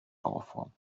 bauform